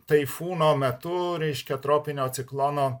taifūno metu reiškia tropinio ciklono